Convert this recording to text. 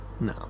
No